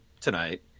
tonight